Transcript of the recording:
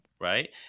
Right